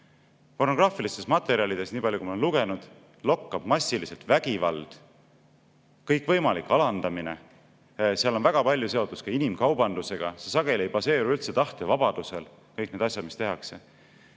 Pornograafilistes materjalides, nii palju kui ma olen lugenud, lokkab massiliselt vägivald, kõikvõimalik alandamine. Väga palju [materjali] on seotud ka inimkaubandusega. See sageli ei baseeru üldse tahtevabadusel, kõik need asjad, mis tehakse.